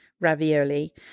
ravioli